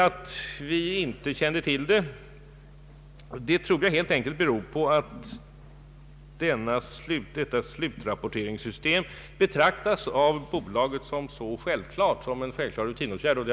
Att vi inte kände till detta berodde på att det slutrapporteringssystem som tillämpas betraktades av bolaget som en självklar rutinåtgärd.